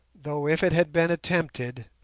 though, if it had been attempted,